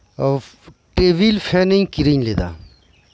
table fan ᱤᱧ ᱠᱤᱨᱤᱧ ᱞᱮᱫᱟ